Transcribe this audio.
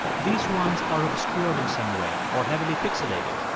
these ones are obscured in some way or heavily pixilated.